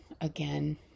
again